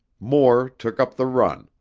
moore took up the run,